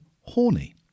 horny